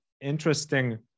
interesting